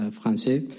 français